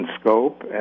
scope